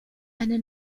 eine